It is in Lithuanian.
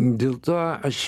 dėl to aš